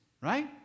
Right